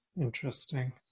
Interesting